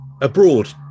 abroad